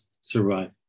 survive